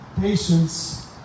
patience